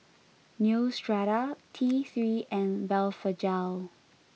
Neostrata T Three and Blephagel